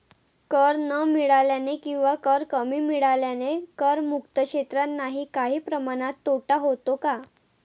कर न मिळाल्याने किंवा कर कमी मिळाल्याने करमुक्त क्षेत्रांनाही काही प्रमाणात तोटा होतो का?